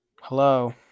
Hello